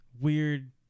weird